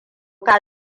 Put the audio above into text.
ka